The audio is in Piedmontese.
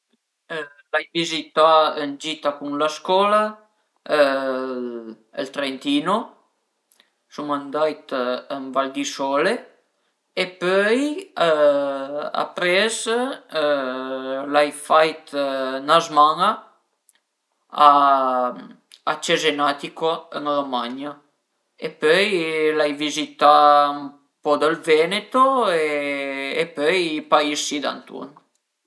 L'ai vizità ën gita cun la scola ël Trentino, sun andait ën Val di Sole e pöi apres l'ai fait 'na zman-a a Cesenatico, ën Romagna e pöi l'ai vizità ën po dël Veneto e pöi pais si danturn